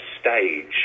stage